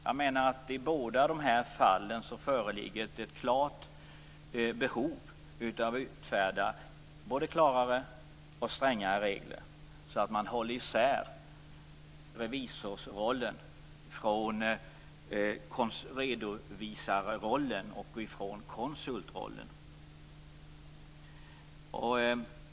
Jag menar att det i båda de här fallen föreligger ett klart behov av att utfärda både klarare och strängare regler så att man håller isär revisorsrollen från redovisarrollen och konsultrollen.